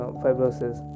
fibrosis